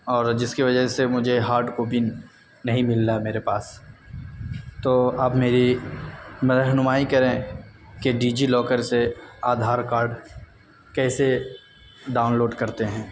اور جس کی وجہ سے مجھے ہاڈ کاپی نہیں مل رہا ہے میرے پاس تو آپ میری رہنمائی کریں کہ ڈی جی لاکر سے آدھار کاڈ کیسے ڈاؤنلوڈ کرتے ہیں